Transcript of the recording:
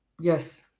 yes